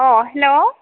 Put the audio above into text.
अ hello